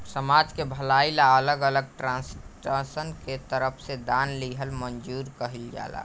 समाज के भलाई ला अलग अलग ट्रस्टसन के तरफ से दान लिहल मंजूर कइल जाला